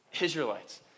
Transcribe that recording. Israelites